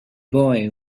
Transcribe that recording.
boy